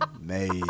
made